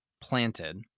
planted